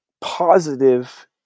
positive